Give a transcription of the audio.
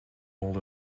old